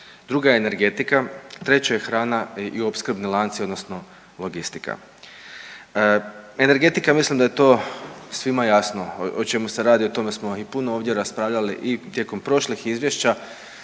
druga je energetika, treća je hrana i opskrbni lanci odnosno logistika. Energetika mislim da je to svima jasno o čemu se radi, o tome smo i puno ovdje raspravljali i tijekom prošlih izvješća